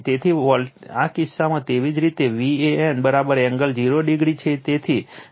તેથી આ કિસ્સામાં તેવી જ રીતે Van એંગલ 0 o છે